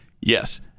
Yes